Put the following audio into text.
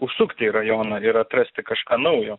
užsukti į rajoną ir atrasti kažką naujo